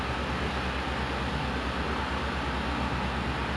like they implement like certain things ah to make it better